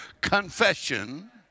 confession